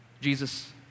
Jesus